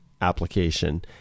application